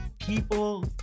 People